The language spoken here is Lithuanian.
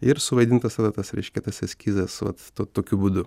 ir suvaidintas tada tas reiškia tas eskizas vat tokiu būdu